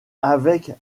avec